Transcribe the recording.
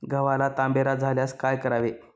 गव्हाला तांबेरा झाल्यास काय करावे?